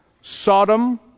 Sodom